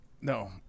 No